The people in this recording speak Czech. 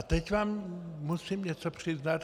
A teď vám musím něco přiznat.